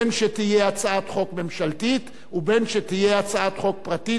בין שתהיה הצעת חוק ממשלתית ובין שתהיה הצעת חוק פרטית,